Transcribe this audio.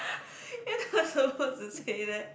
you are not supposed to say that